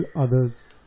others